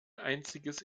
einziges